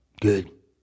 Good